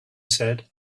said